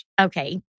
Okay